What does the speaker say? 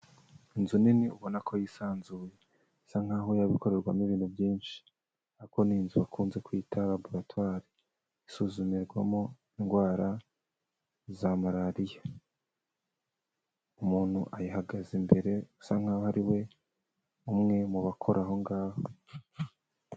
Inzu nini ubona ko yisanzuye isa nkaho yaba ikorerwamo ibintu byinshi ariko ni inzu bakunze kwita laboratoire. Isuzumirwamo indwara za Malariya. Umuntu ayihagaze imbere usa nkaho ari we umwe mu bakora aho ngaho.